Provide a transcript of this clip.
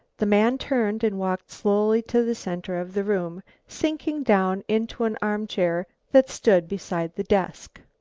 the man turned and walked slowly to the centre of the room, sinking down into an arm-chair that stood beside the desk.